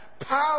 power